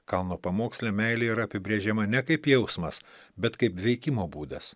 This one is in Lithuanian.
kalno pamoksle meilė yra apibrėžiama ne kaip jausmas bet kaip veikimo būdas